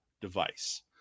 device